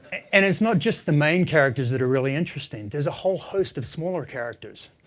and it's not just the main characters that are really interesting. there's a whole host of smaller characters